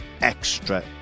Extra